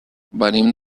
venim